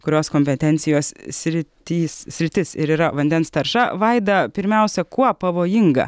kurios kompetencijos sritys sritis ir yra vandens tarša vaida pirmiausia kuo pavojinga